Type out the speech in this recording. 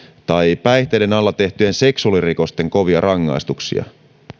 tai päihteiden alla tehtyjen seksuaalirikosten kovia rangaistuksia